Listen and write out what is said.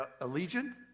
allegiance